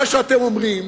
מה שאתם אומרים,